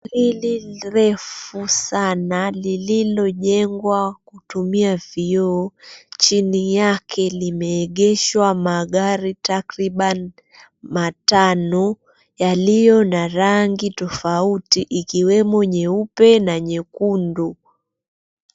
Hili refu sana lililojengwa kutumia vioo. Chini yake limeegeshwa magari takriban matano yaliyo na rangi tofauti ikiwemo nyeupe na nyekundu.